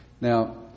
Now